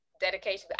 dedication